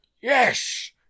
Yes